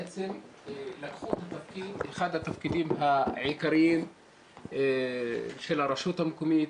בעצם לקחו את אחד התפקידים העיקריים של הרשות המקומית,